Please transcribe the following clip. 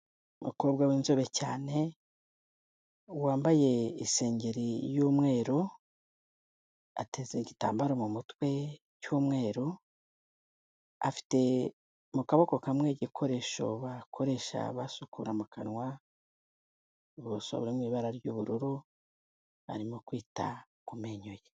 Umukobwa w'inzobe cyane, wambaye isengeri y'umweru, ateze igitambaro mu mutwe cy'umweru, afite mu kaboko kamwe igikoresho bakoresha basukura mu kanwa, uboroso buri mu ibara ry'ubururu, arimo kwita ku menyo ye